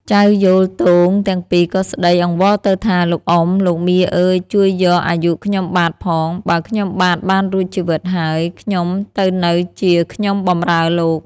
ចៅយោលទោងទាំងពីរក៏ស្តី អង្វរទៅថា “លោកអុំ លោកមាអើយជួយយកអាយុខ្ញុំបាទផង បើខ្ញុំបាទបានរួចជីវិតហើយ នឹងទៅនៅជាខ្ញុំបំរើលោក”។